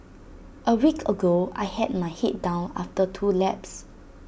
A week ago I had my Head down after two laps